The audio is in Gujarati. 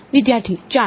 વિદ્યાર્થી ચાર્જ